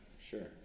sure